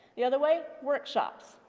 the other way, workshops.